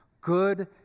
Good